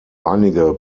einige